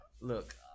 Look-